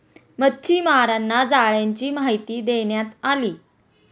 मच्छीमारांना जाळ्यांची माहिती देण्यात आली